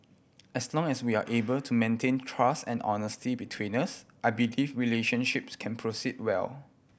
as long as we are able to maintain trust and honesty between us I believe relationships can proceed well